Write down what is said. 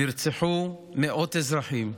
נרצחו מאות אזרחים,